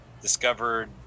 discovered